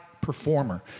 performer